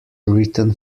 written